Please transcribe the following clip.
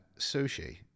sushi